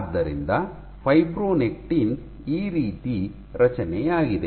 ಆದ್ದರಿಂದ ಫೈಬ್ರೊನೆಕ್ಟಿನ್ ಈ ರೀತಿ ರಚನೆಯಾಗಿದೆ